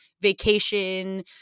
vacation –